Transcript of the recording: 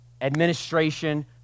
administration